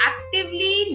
Actively